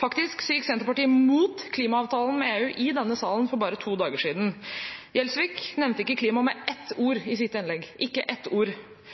Faktisk gikk Senterpartiet imot klimaavtalen med EU i denne salen for bare to dager siden. Gjelsvik nevnte ikke klima med ett ord i sitt innlegg, ikke med ett ord.